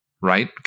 Right